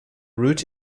route